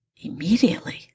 immediately